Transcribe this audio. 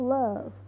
love